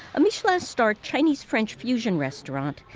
a michelin-starred chinese-french fusion restaurant,